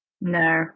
No